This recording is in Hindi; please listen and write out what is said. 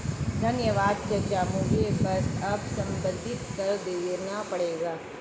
धन्यवाद चाचा मुझे बस अब संपत्ति कर देना पड़ेगा